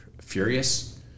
furious